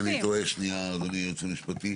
תתקן אותי אם אני טועה, אדוני היועץ המשפטי